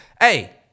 Hey